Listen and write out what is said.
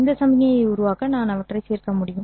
இந்த சமிக்ஞையை உருவாக்க நான் அவற்றைச் சேர்க்க முடியும்